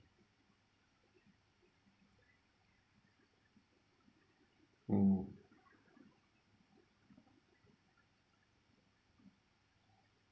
mm